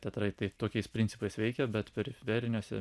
teatrai taip tokiais principais veikia bet periferiniuose